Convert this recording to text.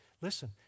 Listen